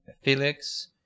Felix